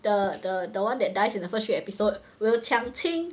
the the the one that dies in the first few episode will 抢亲